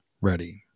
ready